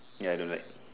ya I don't like